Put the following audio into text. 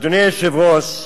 אדוני היושב-ראש,